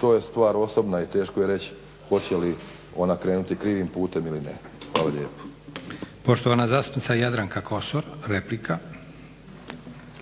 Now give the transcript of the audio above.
to je stvar osobna i teško je reći hoće li ona krenuti krivim putem ili ne. Hvala lijepo. **Leko, Josip (SDP)** Poštovana zastupnica Jadranka Kosor, replika.